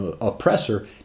oppressor